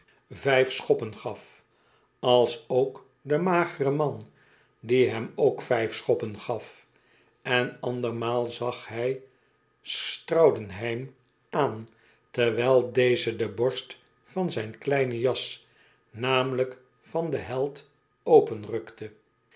vijf schoppen gaf alsook den mageren man die hem ook vijf schoppen gaf en andermaal zag hij straudenheim aan terwijl deze de borst van zijn kleinen jas namelijk van den held